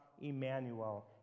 Emmanuel